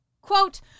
Quote